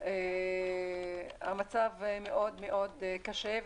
המצב מאוד מאוד קשה.